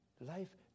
Life